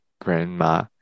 grandma